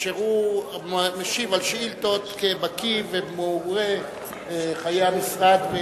אשר משיב על שאילתות כבקי ומעורה בחיי המשרד,